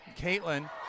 Caitlin